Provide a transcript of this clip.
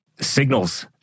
signals